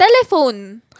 Telephone